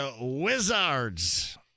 Wizards